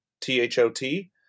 T-H-O-T